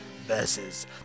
versus